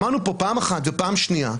שמענו פה פעם אחת ופעם שנייה.